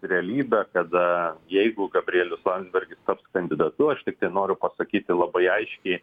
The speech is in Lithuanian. realybė kada jeigu gabrielius landsbergis taps kandidatu aš tiktai noriu pasakyti labai aiškiai